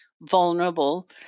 vulnerable